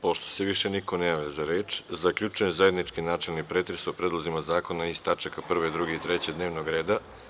Pošto se više niko ne javlja za reč, zaključujem zajednički načelni pretres o predlozima zakona iz tačaka 1, 2. i 3. Dnevnog reda.